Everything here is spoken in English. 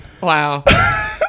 Wow